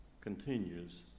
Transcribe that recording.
continues